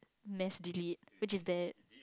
mass delete which is bad